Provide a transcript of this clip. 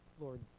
Lord